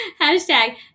Hashtag